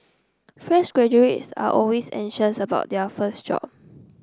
fresh graduates are always anxious about their first job